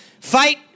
fight